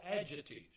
adjectives